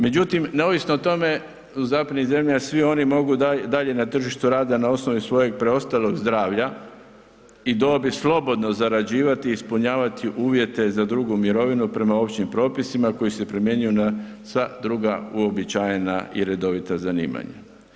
Međutim, neovisno o tome, u zapadnim zemljama, svi oni mogu dalje na tržištu rada na osnovi svojeg preostalog zdravlja i dobi slobodno zarađivati i ispunjavati uvjete za drugu mirovinu prema općim propisima koji se primjenjuju na sva druga uobičajena i redovita zanima.